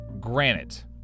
granite